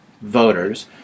voters